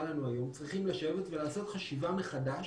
לנו היום צריכים לשבת ולעשות חשיבה מחדש